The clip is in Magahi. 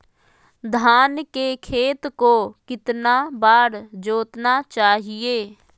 धान के खेत को कितना बार जोतना चाहिए?